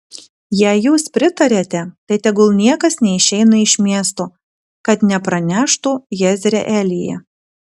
jei jūs pritariate tai tegul niekas neišeina iš miesto kad nepraneštų jezreelyje